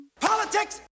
Politics